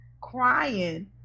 crying